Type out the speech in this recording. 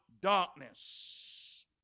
darkness